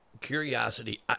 curiosity